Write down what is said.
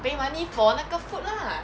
pay money for 那个 food lah